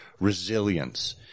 resilience